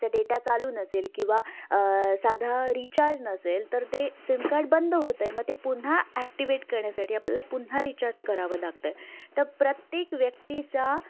चं डेटा चालू नसेल किंवा साधा रिचार्ज नसेल तर ते सिमकार्ड बंद होतं आहे मग ते पुन्हा ॲक्टिवेट करण्यासाठी आपल्याला पुन्हा रिचार्ज करावं लागतं आहे तर प्रत्येक व्यक्तीच्या